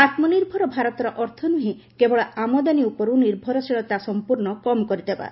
ଆତ୍ମନିର୍ଭର ଭାରତର ଅର୍ଥ ନୁହେଁ କେବଳ ଆମଦାନୀ ଉପରୁ ନିର୍ଭରଶୀଳତା ସମ୍ପୂର୍ଣ୍ଣ କମ୍ କରିଦେବା